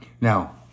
Now